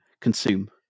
consume